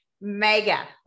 mega